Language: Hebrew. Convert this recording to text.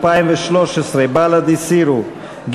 2013. בל"ד, הסירו.